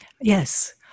Yes